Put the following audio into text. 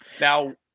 now